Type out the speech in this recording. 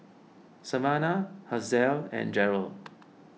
Savanna Hazelle and Jerrell